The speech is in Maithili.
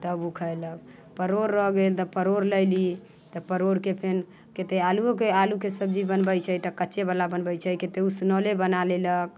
तब ओ खयलक परोड़ रहि गेल तऽ परोड़ लयली तऽ परोड़के फेर कतेक आलुओके आलूके सब्जी बनबै छै तऽ कच्चेवला बनबैत छै कतेक उसनले बना लेलक